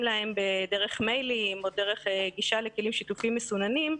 להם דרך מיילים או דרך גישה לכלים שיתופיים מסוננים.